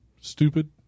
stupid